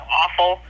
awful